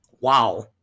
wow